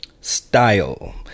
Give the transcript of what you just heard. Style